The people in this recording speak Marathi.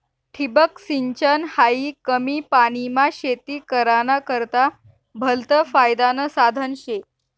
ठिबक सिंचन हायी कमी पानीमा शेती कराना करता भलतं फायदानं साधन शे